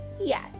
yes